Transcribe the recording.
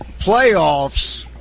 playoffs